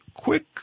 Quick